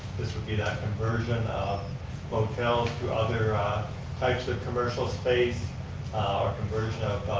this would be that conversion of hotels to other types of commercial space or conversion of